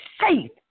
faith